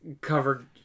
covered